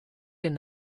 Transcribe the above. den